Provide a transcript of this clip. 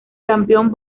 campeón